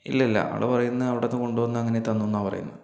ഇല്ല ഇല്ല ആള് പറയുന്നത് അവിടന്ന് കൊണ്ട് വന്ന് അങ്ങനേ തന്നു എന്നാണ് പറയുന്നത്